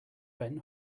bent